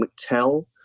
McTell